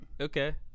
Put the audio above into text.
Okay